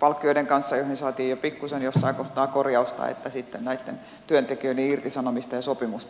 palkkioiden kanssa joihin saatiin jo pikkuisen jossain kohtaa korjausta että näitten työntekijöiden irtisanomisten ja sopimusten kanssa